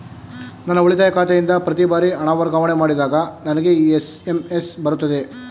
ನನ್ನ ಉಳಿತಾಯ ಖಾತೆಯಿಂದ ಪ್ರತಿ ಬಾರಿ ಹಣ ವರ್ಗಾವಣೆ ಮಾಡಿದಾಗ ನನಗೆ ಎಸ್.ಎಂ.ಎಸ್ ಬರುತ್ತದೆಯೇ?